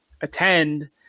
attend